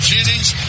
Jennings